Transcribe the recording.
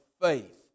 faith